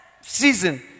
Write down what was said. season